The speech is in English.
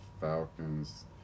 Falcons